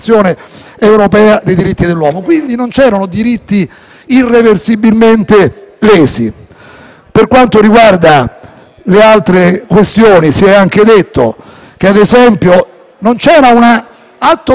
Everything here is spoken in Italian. Per quanto riguarda le altre questioni si è anche detto che, ad esempio, non c'era un atto collegiale del Governo. Il Governo non avrebbe preso una decisione e non ci sarebbe un pezzo di carta che registra questo.